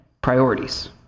priorities